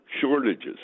shortages